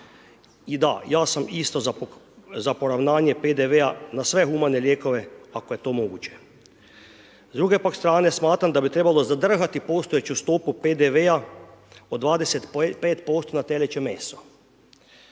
I da ja sam isto za poravnanje PDV-a na sve humane lijekove ako je to moguće. S druge pak strane, smatram da bi trebalo zadržati postojeću stopu PDV-a od 25% na teleće meso.